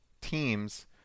teams